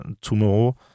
tomorrow